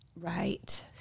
right